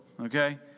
okay